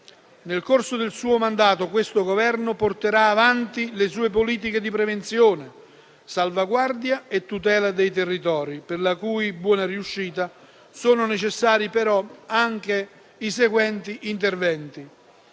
Nel corso del suo mandato, questo Governo porterà avanti le sue politiche di prevenzione, salvaguardia e tutela dei territori, per la cui buona riuscita sono necessari però anche i seguenti interventi: